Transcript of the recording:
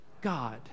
God